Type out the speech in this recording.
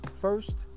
first